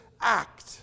act